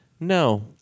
No